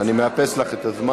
אתה צריך לקרוא לסדר,